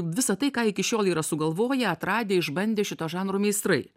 visa tai ką iki šiol yra sugalvoję atradę išbandę šito žanro meistrai